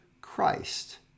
Christ